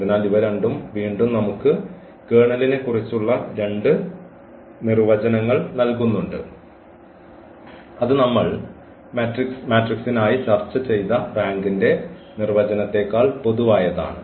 അതിനാൽ ഇവ രണ്ടും വീണ്ടും നമുക്ക് കേർണലിനെക്കുറിച്ചുള്ള രണ്ട് നിർവചനങ്ങൾ നൽകുന്നുണ്ട് അത് നമ്മൾ മെട്രിക്സിനായി ചർച്ച ചെയ്ത റാങ്കിന്റെ നിർവചനത്തേക്കാൾ പൊതുവായതാണ്